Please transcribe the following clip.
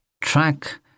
track